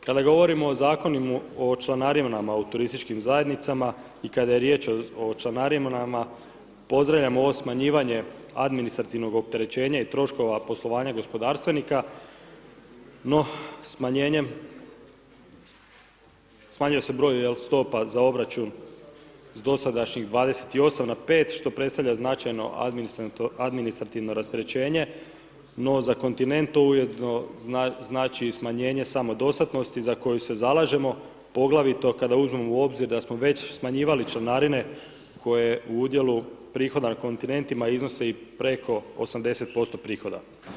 Kada govorimo o Zakonu o članarinama u TZ i kada je riječ o članarinama pozdravljam ovo smanjivanje administrativnog opterećenja i troškova poslovanja gospodarstvenika no smanjenjem, smanjio se broj stopa za obračun s dosadašnjih 28 na 5 što predstavlja značajno administrativno rasterećenje no za kontinent to ujedno znači i smanjenje samodostatnosti za koju se zalažemo poglavito kada uzmemo u obzir da smo već smanjivali članarine koje u udjelu prihoda na kontinentima iznose i preko 80% prihoda.